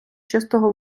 чистого